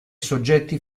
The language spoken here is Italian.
soggetti